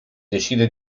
decide